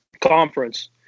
conference